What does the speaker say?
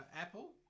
Apple